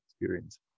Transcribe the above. experience